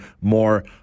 more